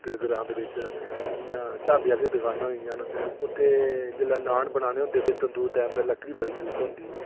इक्क ग्रांऽ दे बिच ढाबे आह्लियां दकानां होइयां उत्थें जेल्लै नॉन बनाने होंदे ते तंदूर दे अंदर लकड़ी बड़ी यूज़ होंदी